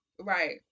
right